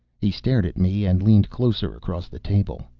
he stared at me, and leaned closer across the table.